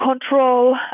control